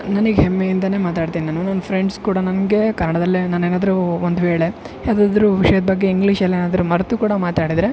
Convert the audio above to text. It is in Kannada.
ನನಗೆ ಹೆಮ್ಮೆಯಿಂದಾನೆ ಮಾತಾಡ್ತೀನಿ ನಾನು ನನ್ನ ಫ್ರೆಂಡ್ಸ್ ಕೂಡ ನನಗೆ ಕನ್ನಡದಲ್ಲೇ ನಾನೇನಾದರು ಒಂದ್ವೇಳೆ ಯಾವ್ದಾದರೂ ವಿಷ್ಯದ ಬಗ್ಗೆ ಇಂಗ್ಲಿಷಲ್ಲಿ ಏನಾದರು ಮರ್ತು ಕೂಡ ಮಾತಾಡಿದ್ರೆ